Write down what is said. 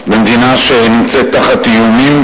במדינה שנמצאת תחת איומים,